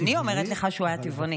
אני אומרת לך שהוא היה טבעוני.